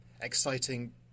exciting